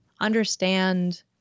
understand